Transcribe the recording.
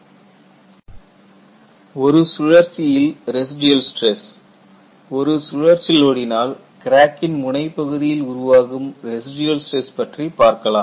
Residual stress in a cycle ஒரு சுழற்சியில் residual stress ஒரு சுழற்சி லோடினால் கிராக்கின் முனைப்பகுதியில் உருவாகும் ரெசிடியல் ஸ்டிரஸ் பற்றி பார்க்கலாம்